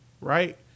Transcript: Right